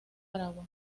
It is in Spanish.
aragua